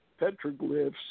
petroglyphs